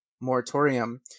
Moratorium